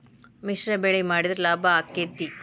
ಮಿಶ್ರ ಬೆಳಿ ಮಾಡಿದ್ರ ಲಾಭ ಆಕ್ಕೆತಿ?